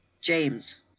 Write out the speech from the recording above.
James